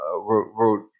wrote